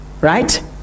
Right